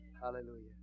Hallelujah